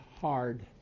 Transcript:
hard